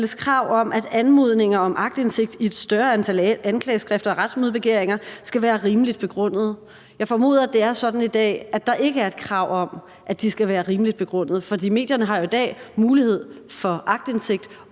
stilles krav om, at anmodninger om aktindsigt i et større antal anklageskrifter og retsmødebegæringer skal være rimeligt begrundede, formoder jeg, at det er sådan i dag, at der ikke er et krav om, at de skal være rimeligt begrundede, for medierne har jo i dag mulighed for aktindsigt,